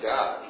God